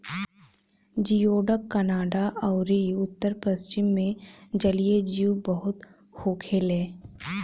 जियोडक Canada अउरी उत्तर पश्चिम मे जलीय जीव बहुत होखेले